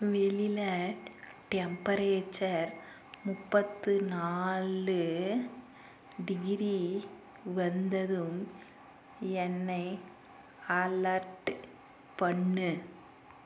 வெளியில் டெம்பரேச்சர் முப்பத்து நாலு டிகிரி வந்ததும் என்னை அலர்ட் பண்ணு